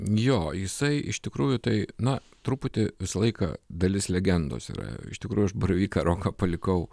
jo jisai iš tikrųjų tai na truputį visą laiką dalis legendos yra iš tikrųjų aš baravyką roką palikau